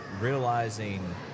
realizing